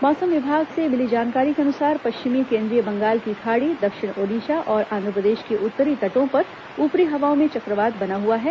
मौसम विभाग से मिली जानकारी के अनुसार पश्चिमी केंद्रीय बंगाल की खाड़ी दक्षिण ओडिशा और आंध्रप्रदेश के उत्तरी तटों पर ऊपरी हवाओं में चक्रवात बना हुआ है